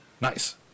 Nice